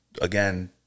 again